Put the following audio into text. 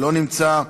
לא נמצא,